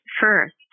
first